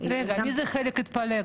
מי זה החלק המתפלג?